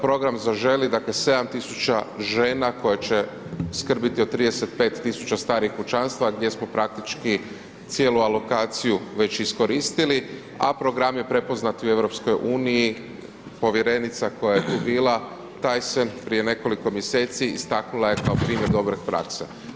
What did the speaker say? Program Zaželi dakle 7.000 žena koje će skrbiti o 35.000 starijih pučanstva gdje smo praktički cijelu alokaciju već iskoristili, a program je prepoznat u EU, povjerenica koja je tu bila Tajsen prije nekoliko istaknula je kao primjer dobre prakse.